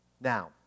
Now